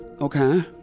Okay